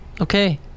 Okay